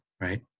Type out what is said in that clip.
right